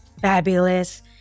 fabulous